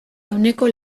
ehuneko